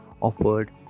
offered